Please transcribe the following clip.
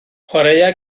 chwaraea